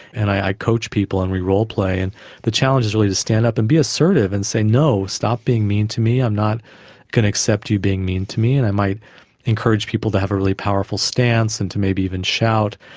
and i coach people and we role-play. the challenge is really to stand up and be assertive and say, no, stop being mean to me, i'm not going to accept you being mean to me and i might encourage people to have a really powerful stance and to maybe even shout.